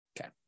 Okay